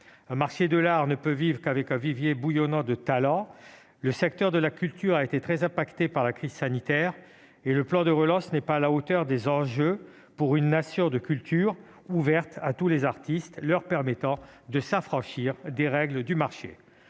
Un marché de l'art ne peut vivre qu'avec un vivier bouillonnant de talents. Le secteur de la culture a été très affecté par la crise sanitaire. Le plan de relance n'est pas à la hauteur des enjeux dans une nation de culture ouverte à tous les artistes. Il ne permettra pas à ces derniers de s'affranchir des règles du marché.